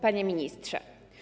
Panie Ministrze!